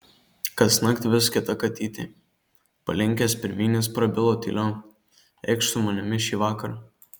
kasnakt vis kita katytė palinkęs pirmyn jis prabilo tyliau eikš su manimi šįvakar